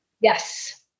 Yes